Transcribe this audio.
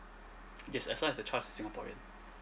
yes as long as the child's singaporean